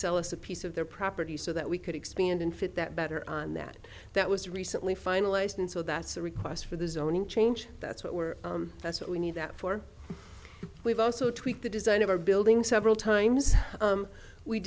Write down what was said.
sell us a piece of their property so that we could expand and fit that better on that that was recently finalized and so that's the request for the zoning change that's what we're that's what we need that for we've also tweaked the design of our building several times